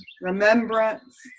remembrance